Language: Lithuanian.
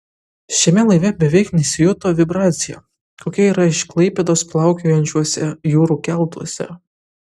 šiame laive beveik nesijuto vibracija kokia yra iš klaipėdos plaukiojančiuose jūrų keltuose